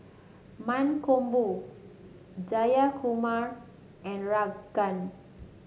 Mankombu Jayakumar and Ranga